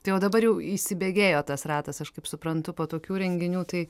tai jau dabar jau įsibėgėjo tas ratas aš kaip suprantu po tokių renginių tai